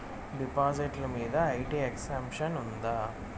డిపాజిట్లు మీద IT exemption ఉందా?